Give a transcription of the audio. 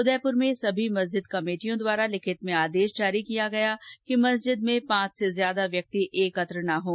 उदयपुर में सभी मस्जिद कमेटियों द्वारा लिखित में आदेश जारी किया गया कि मस्जिद में पांच से अधिक व्यक्ति एकत्रित न हों